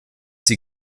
sie